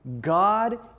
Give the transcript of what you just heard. God